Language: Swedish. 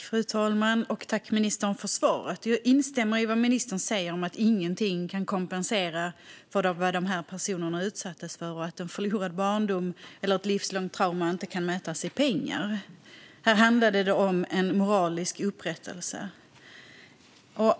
Fru talman! Tack, ministern, för svaret! Jag instämmer i vad ministern säger om att inget kan kompensera vad de här personerna utsattes för och att en förlorad barndom eller ett livslångt trauma inte kan mätas i pengar. Här handlade det om en moralisk upprättelse.